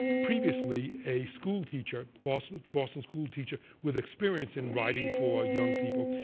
previously a school teacher, boston boston school teacher with experience in writing for young people,